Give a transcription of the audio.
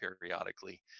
periodically